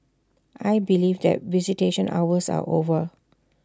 I believe that visitation hours are over